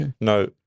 no